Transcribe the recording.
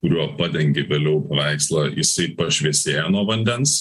kuriuo padengi vėliau paveikslą jisai pašviesėja nuo vandens